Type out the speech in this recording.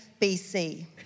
BC